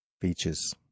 Features